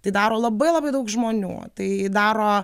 tai daro labai labai daug žmonių tai daro